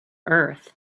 earth